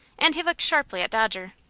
and he looked sharply at dodger.